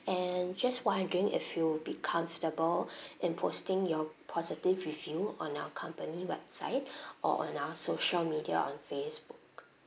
and just wondering if you'll be comfortable in posting your positive review on our company website or on our social media on Facebook